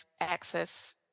access